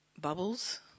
bubbles